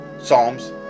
Psalms